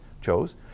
chose